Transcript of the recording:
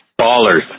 Ballers